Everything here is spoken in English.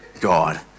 God